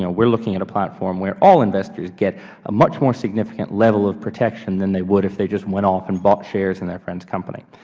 you know we're looking at a platform where all investors get a much more significant level of protection than they would if they went off and bought shares in their friend's company.